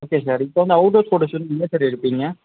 okay sir இப்போ வந்து outer door photo shoot எங்கே சார் எடுப்பீங்கள்